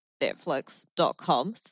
Netflix.com